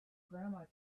grandma